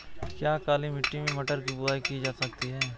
क्या काली मिट्टी में मटर की बुआई की जा सकती है?